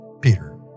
Peter